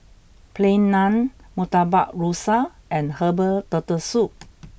Plain Naan Murtabak Rusa and Herbal Turtle Soup